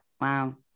Wow